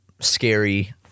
scary